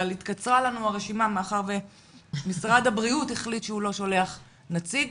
אבל התקצרה לנו הרשימה מאחר ומשרד הבריאות החליט שהוא לא שולח נציג.